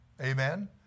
Amen